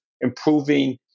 improving